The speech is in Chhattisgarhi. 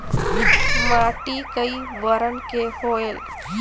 माटी कई बरन के होयल?